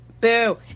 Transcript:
Boo